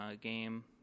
game